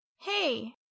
Hey